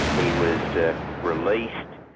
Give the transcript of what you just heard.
he was released,